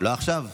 לא עכשיו?